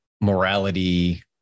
morality